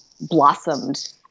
blossomed